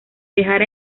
viajar